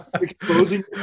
exposing